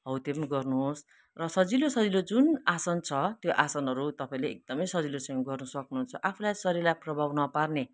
हो त्यो पनि गर्नुहोस् र सजिलो सजिलो जुन आसन छ त्यो आसनहरू तपाईँले एकदमै सजिलोसँग गर्नु सक्नुहुन्छ आफूलाई शरीरलाई प्रभाव नपार्ने